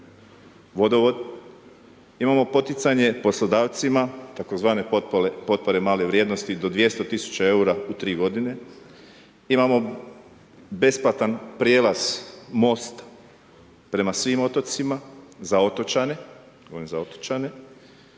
vodovod. Imamo poticanje poslodavci, tzv. potpore male vrijednosti do 200 tisuća eura u tri godine, imamo besplatan prijelaz most prema svim otocima za otočane,